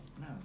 No